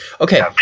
Okay